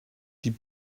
die